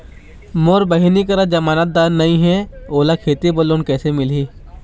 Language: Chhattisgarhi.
मोर बहिनी करा जमानतदार नई हे, ओला खेती बर लोन कइसे मिलही?